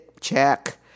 check